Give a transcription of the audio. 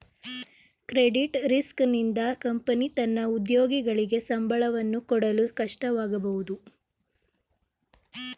credit risk ನಿಂದ company ತನ್ನ ಉದ್ಯೋಗಿಗಳಿಗೆ ಸಂಬಳವನ್ನು ಕೊಡಲು ಕಷ್ಟವಾಗಬಹುದು